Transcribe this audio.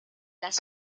las